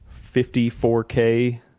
54K